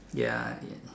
ya yes